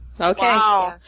Okay